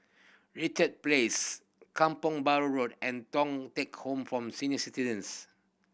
Richard Place Kampong Bahru Road and Thong Teck Home form Senior Citizens